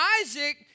Isaac